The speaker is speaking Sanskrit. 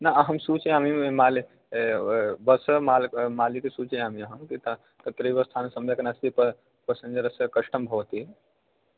न अहं सूचयामि माले बस् मालक् मालिकं सूचयामि अहं तत्रैव स्थानं सम्यक् नास्ति प पासञ्जरस्य कष्टं भवति